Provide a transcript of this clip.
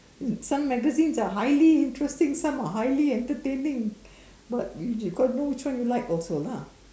some magazine are highly interesting some are highly entertaining but you got to know which one you like also lah